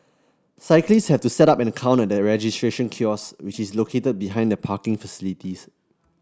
cyclists have to set up in an account at the registration kiosks which is located behind the parking facility